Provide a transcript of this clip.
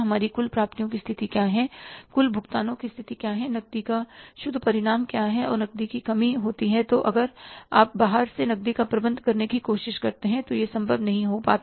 हमारे कुल प्राप्तियों की स्थिति क्या है कुल भुगतानों की स्थिति क्या है और नकदी का शुद्ध परिणाम क्या है और नकदी की कमी होती हैतो अगर आप बाहर से नकदी का प्रबंध करने की कोशिश करते हैं यह संभव नहीं हो पाता